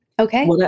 Okay